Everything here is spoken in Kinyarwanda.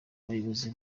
bayobozi